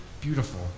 beautiful